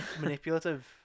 manipulative